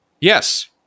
Yes